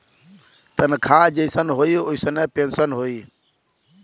तनखा जइसन होई वइसने पेन्सन होई